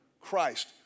Christ